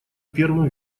первым